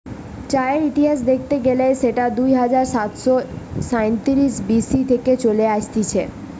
চায়ের ইতিহাস দেখতে গেলে সেটা দুই হাজার সাতশ সাইতিরিশ বি.সি থেকে চলে আসতিছে